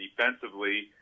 defensively